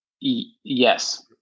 Yes